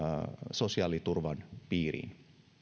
sosiaaliturvan piiriin